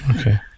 Okay